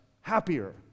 happier